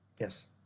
Yes